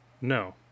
No